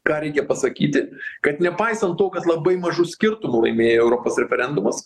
ką reikia pasakyti kad nepaisant to kad labai mažu skirtumu laimėjo europos referendumus